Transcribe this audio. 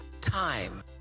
time